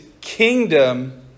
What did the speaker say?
kingdom